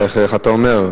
איך אתה אומר?